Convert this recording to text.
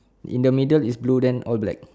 in the middle is blue then all black